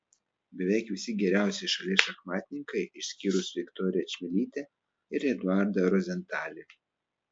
beveik visi geriausieji šalies šachmatininkai išskyrus viktoriją čmilytę ir eduardą rozentalį